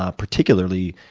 ah particularly,